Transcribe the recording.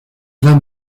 vin